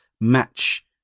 match